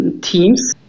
teams